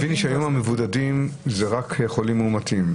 אני מבין שהיום המבודדים הם רק חולים מאומתים.